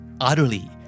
utterly